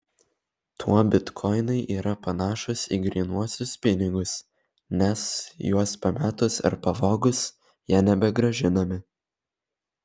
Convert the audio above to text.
tuo bitkoinai yra panašūs į grynuosius pinigus nes juos pametus ar pavogus jie nebegrąžinami